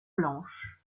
blanches